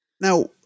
Now